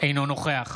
אינו נוכח